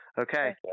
Okay